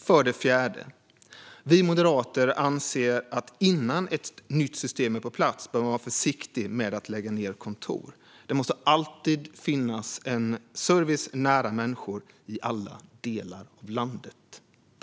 För det fjärde: Vi moderater anser att innan ett nytt system är på plats bör man vara försiktig med att lägga ned kontor. Det måste alltid finnas en service nära människor i alla delar av landet.